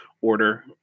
order